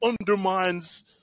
undermines